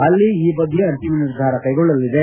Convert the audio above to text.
ಅಲ್ಲಿ ಈ ಬಗ್ಗೆ ಅಂತಿಮ ನಿರ್ಧಾರ ಕೈಗೊಳ್ಳಲಿದೆ